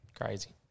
Crazy